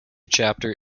chapter